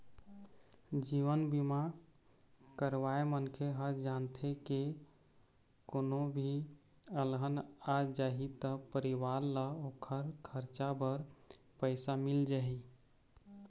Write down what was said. जीवन बीमा करवाए मनखे ह जानथे के कोनो भी अलहन आ जाही त परिवार ल ओखर खरचा बर पइसा मिल जाही